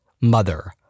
Mother